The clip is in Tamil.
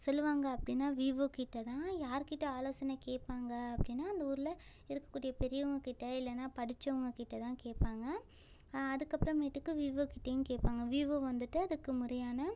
சொல்லுவாங்க அப்படினா வீவோக்கிட்ட தான் யாருகிட்ட ஆலோசனை கேட்பாங்க அப்படினா அந்த ஊரில் இருக்கக்கூடிய பெரியவங்ககிட்ட இல்லைனா படிச்சவங்ககிட்ட தான் கேட்பாங்க அதுக்கப்புறமேட்டுக்கு வீவோக்கிட்டயும் கேட்பாங்க வீவோ வந்துட்டு அதுக்கு முறையான